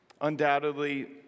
Undoubtedly